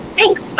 Thanks